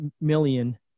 million